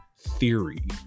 theory